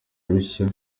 rushya